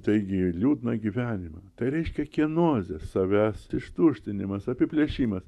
taigi liūdną gyvenimą tai reiškia kienozė savęs ištuštinimas apiplėšimas